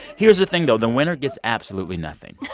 here's the thing, though. the winner gets absolutely nothing.